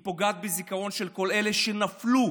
היא פוגעת בכל אלה שנפלו